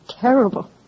terrible